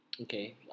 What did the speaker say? Okay